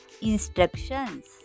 instructions